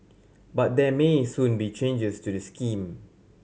but there may soon be changes to the scheme